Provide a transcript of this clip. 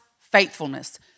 faithfulness